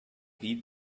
beat